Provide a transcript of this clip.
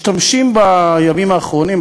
משתמשים בימים האחרונים,